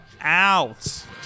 out